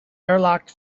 airlock